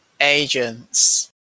Agents